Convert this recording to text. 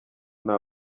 nta